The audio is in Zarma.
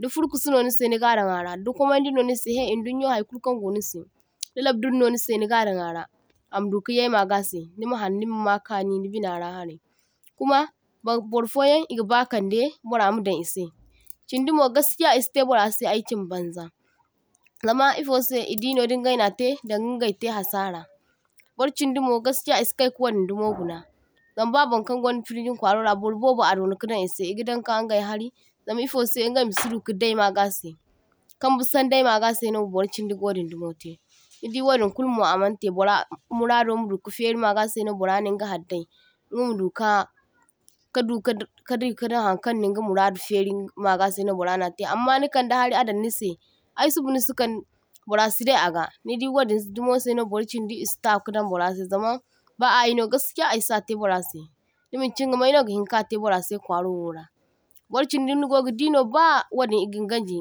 da furkusuno nise nigadaŋ ara da kwamaŋdi no nise he idunya haikulkaŋ gonise da labdur no nise nigadaŋ ara amaduka yay magase nimahaŋ nima makaŋi nibinara harai Kuma ban borfoyaŋ igaba kaŋde bora madaŋ ise chindimo gaskiya isite borase aichin baŋza, zama ifose idino dingai nate ite hasara, borchindimo gaskiya isikaika wadin dumo guna zam babaŋkaŋ gaŋda friji kwarowora borbobo abona kadaŋ ise, igadaŋka ingai hari zamifose ingai masidu kadai magase, Kamba saŋdai magase no borchindi ga wadin dumote nidi wadin kul amaŋte. Bora murado maduka feri magase no bora ninga hari dai ingama maduka ka kaduka kadikadaŋ haŋkaŋ ninga muradi feri magase baraŋate, amma nikaŋde hari adaŋnise ai suba nisi kaŋ bora sidai aga, nidi wadin dumose no barchindi isita kadaŋ borase zama ba ayino gaskiya aisate borase da maŋcchinga maino gihinkate borase kwarowora, borchindi nigogadino ba wadin igin gaŋji.